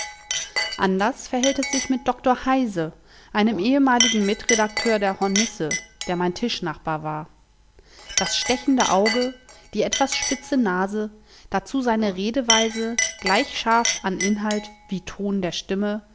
anders verhält es sich mit dr heise einem ehemaligen mitredakteur der hornisse der mein tischnachbar war das stechende auge die etwas spitze nase dazu seine redeweise gleich scharf an inhalt wie ton der stimme